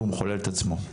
והוא מחולל את עצמו.